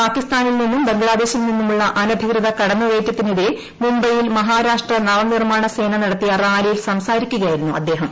പാകിസ്ഥാനിൽ നിന്നും ബംഗ്ലാദേശിൽ നിന്നുമുള്ള അനധികൃത കടന്നുകയറ്റത്തിനെതിരെ മുംബൈയിൽ മഹാരാഷ്ട്ര നവനിർമ്മാണ സേന നടത്തിയ റാലിയിൽ സംസാരിക്കുകയായിരുന്നു അദ്ദേഹം